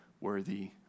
worthy